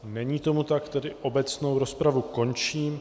Není tomu tak, tedy obecnou rozpravu končím.